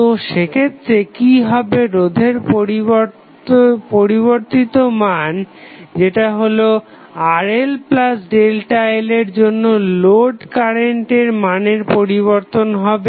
তো সেক্ষেত্রে কি হবে রোধের পরিবর্তিত মান যেটা হলো RLΔR এর জন্য লোড কারেন্টের মানের পরিবর্তন হবে